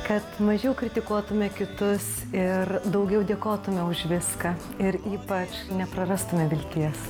kad mažiau kritikuotume kitus ir daugiau dėkotume už viską ir ypač neprarastume vilties